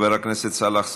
חבר הכנסת סאלח סעד,